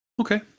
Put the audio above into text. Okay